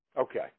Okay